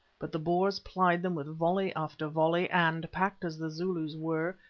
but the boers plied them with volley after volley, and, packed as the zulus were,